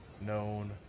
known